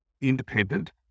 independent